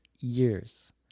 years